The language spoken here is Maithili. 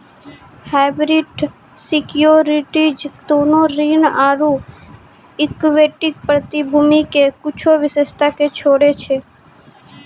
हाइब्रिड सिक्योरिटीज दोनो ऋण आरु इक्विटी प्रतिभूति के कुछो विशेषता के जोड़ै छै